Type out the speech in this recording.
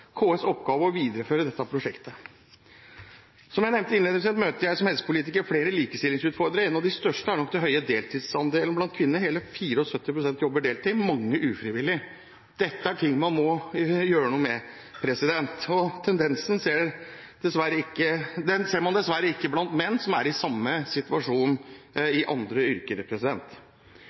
KS i oppgave å videreføre dette prosjektet. Som jeg nevnte innledningsvis, møter jeg som helsepolitiker flere likestillingsutfordringer. En av de største er nok den høye deltidsandelen blant kvinner. Hele 74 pst. jobber deltid, mange ufrivillig. Dette er noe man må gjøre noe med. Tendensen ser man dessverre ikke blant menn, som er i samme situasjon i andre yrker.